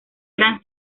eran